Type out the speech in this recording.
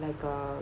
like a